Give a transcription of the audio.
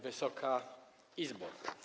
Wysoka Izbo!